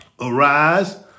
Arise